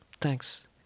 Thanks